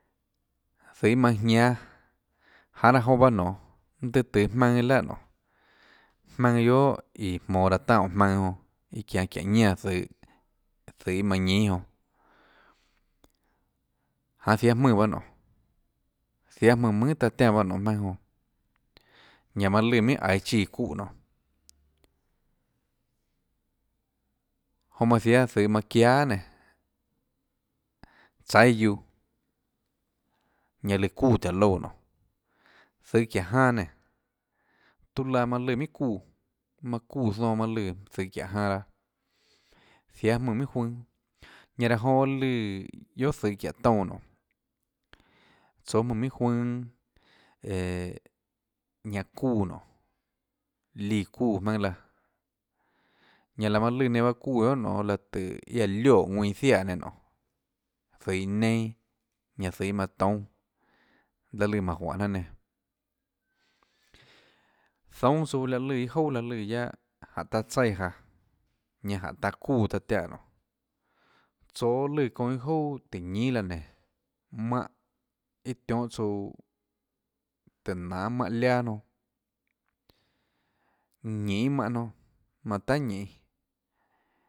Zøhå iâ manã jñíanâ janê laã jonã bahâ nonê mønâ tøhê tøå jmaønâ iâ laà nonê jmaønâ guiohà iã jmonå laê tanâ óå jmaønã jonã iâ çianå çiáhå ñánã zøhå zøhå iâ manã jñínâ jonã janê jiáâ jmùnã bahâ nonê jiáâ jmùnã mønhà taâ tiánã jmaønâ jonã ñanã manã lùã minhà aiå chíã çuúhã nonê jonã manã jiáâ zøhå iâ manã çíaâ guiohà nénå tsaíâ guiuã ñanã lùã çuúã tùhå louã nonê zøhå çiáhå janã nénå tuã laã manã lùã minhà çuúã manã çuúã zonã lùã zøhå çiáhå janã jiáâ jmùnã minhà juønâ ñanã raã jonã bahâ lùã guiohà zøhå çiáhå toúnã nonê tsóâ jmùnã minhà juønâ æõå ñanã çuúã nonê líã çuúã jmaønâ laã ñanã laã manã lùã bahâ nenå çuúã guiohà nonê láhå tùhå iã aã lioè ðuinã jiaè nenã nonê zøhå iã neinâ ñanã zøhå iâ manã toúnâ laê lùã manã juánhå jnanà nenã zoúnâ tsouã láhå lùã iâ jouà laã lùã guiaâ jáhå taã tsaíã jaåñanã jánhå taã çuúã jaå taã tiánã nonê tsoå lùã çounã iâ jouà tùhå ñínâ laã nénå mánhã iâ tionhâ tosuã tùhå nanê mánhã laâ nonã ñinê mánhã nonã manã tahà ñinê.